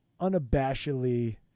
unabashedly